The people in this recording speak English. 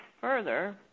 Further